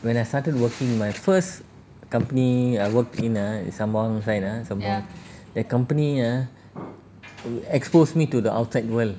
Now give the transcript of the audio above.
when I started working my first company I worked in ah that company ah expose me to the outside world